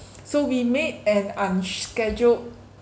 so we made an unscheduled